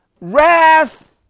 wrath